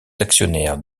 actionnaires